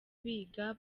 biga